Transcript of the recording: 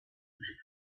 omens